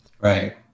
Right